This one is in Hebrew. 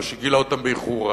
או שגילה אותם באיחור רב.